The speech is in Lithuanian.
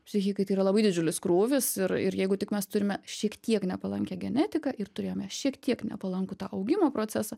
psichikai tai yra labai didžiulis krūvis ir ir jeigu tik mes turime šiek tiek nepalankią genetiką ir turėjome šiek tiek nepalankų augimo procesą